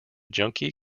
junkie